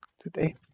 today